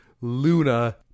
Luna